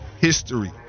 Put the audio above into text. history